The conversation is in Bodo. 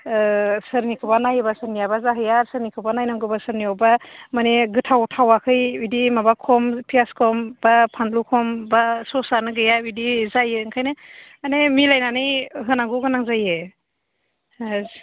सोरनिखौबा नायोबा सोरनियाबा जाहैया सोरनिखौबा नायनांगौबा सोरनियावबा माने गोथाव थावाखै बिदि माबा खम फियास खम बा फानलु खम बा स'सआनो गैया बिदि जायो ओंखायनो माने मिलायनानै होनांगौ गोनां जायो